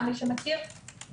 למי שמכיר,